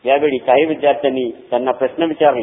यावेळी काही विद्यार्थ्यांनी त्यांना प्रश्न विचारले